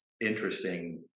interesting